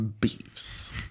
beefs